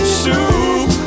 soup